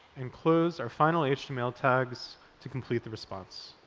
and close our finally html tags to complete the response.